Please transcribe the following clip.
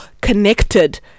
connected